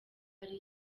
ari